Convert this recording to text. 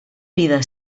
vida